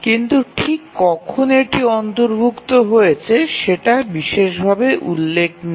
কিন্তু ঠিক কখন এটি অন্তর্ভুক্ত হয়েছে সেটা বিশেষভাবে উল্লেখ নেই